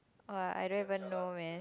!wah! I don't even know man